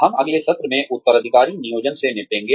हम अगले सत्र में उत्तराधिकारी नियोजन से निपटेंगे